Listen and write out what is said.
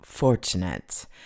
fortunate